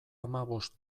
hamabost